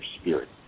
spirit